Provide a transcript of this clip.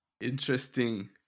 Interesting